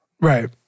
Right